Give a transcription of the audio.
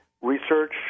research